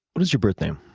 but is your birth name?